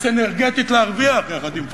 הסינרגטית, להרוויח יחד עם פלסטין.